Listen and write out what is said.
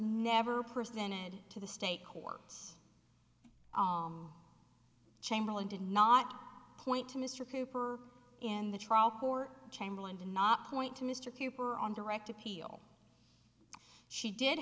never presented to the state court chamberlain did not point to mr cooper in the trial court chamberlain did not point to mr cooper on direct appeal she did